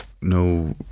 no